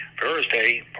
Thursday